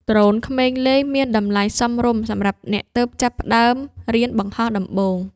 ដ្រូនក្មេងលេង មានតម្លៃសមរម្យសម្រាប់អ្នកទើបចាប់ផ្ដើមរៀនបង្ហោះដំបូង។